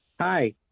Hi